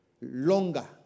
longer